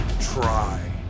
try